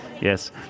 Yes